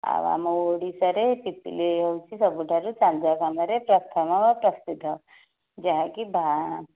ଆଉ ଆମ ଓଡ଼ିଶାରେ ପିପିଲି ହେଉଛି ସବୁଠାରୁ ଚାନ୍ଦୁଆ କାମରେ ପ୍ରଥମ ଓ ପ୍ରସିଦ୍ଧ ଯାହାକି ବାହା